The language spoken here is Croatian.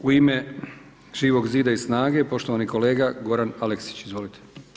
U ime živog zida i SNAGA-e poštovani kolega Goran Aleksić, izvolite.